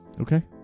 Okay